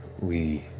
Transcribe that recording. we